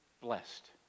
Blessed